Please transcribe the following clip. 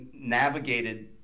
navigated